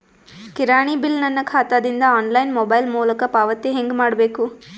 ಕಿರಾಣಿ ಬಿಲ್ ನನ್ನ ಖಾತಾ ದಿಂದ ಆನ್ಲೈನ್ ಮೊಬೈಲ್ ಮೊಲಕ ಪಾವತಿ ಹೆಂಗ್ ಮಾಡಬೇಕು?